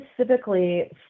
specifically